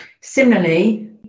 Similarly